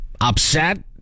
upset